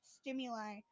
stimuli